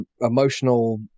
emotional